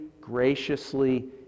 graciously